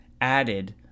added